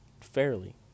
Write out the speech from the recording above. fairly